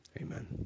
Amen